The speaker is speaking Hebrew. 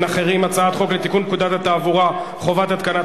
הצעת חוק לתיקון פקודת התעבורה (חובת התקנת